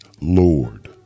Lord